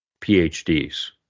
phds